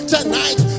Tonight